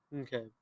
Okay